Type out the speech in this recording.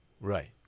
right